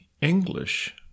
English